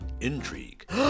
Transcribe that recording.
Intrigue